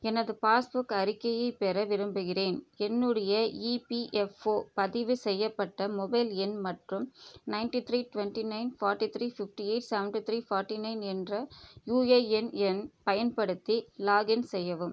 எனது பாஸ்புக் அறிக்கையைப் பெற விரும்புகிறேன் என்னுடைய இபிஎஃப்ஓ பதிவு செய்யப்பட்ட மொபைல் எண் மற்றும் ninety three twenty nine forty three fifty eight seventy three forty nine என்ற யுஏஎன் எண் பயன்படுத்தி லாக்இன் செய்யவும்